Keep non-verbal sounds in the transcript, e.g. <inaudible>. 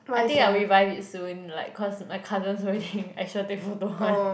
I think I will revive it soon like cause my cousin's wedding <laughs> I sure take photo [one]